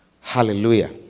Hallelujah